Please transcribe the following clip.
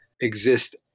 exist